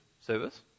service